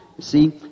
See